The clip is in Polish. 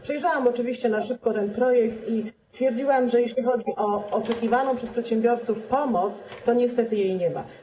Przejrzałam oczywiście na szybko ten projekt i stwierdziłam, że jeśli chodzi o oczekiwaną przez przedsiębiorców pomoc, to niestety jej nie ma.